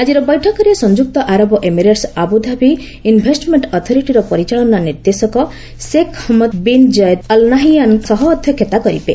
ଆଜିର ବୈଠକରେ ସଂଯୁକ୍ତ ଆରବ ଏମିରେଟ୍ସର ଆବୁଧାବି ଇନ୍ଭେଷ୍ଟମେଣ୍ଟ ଅଥରିଟିର ପରିଚାଳନା ନିର୍ଦ୍ଦେଶକ Sheikh Hamed bin Zayed Al Nahyan ସହ ଅଧ୍ୟକ୍ଷତା କରିବେ